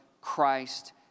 Christ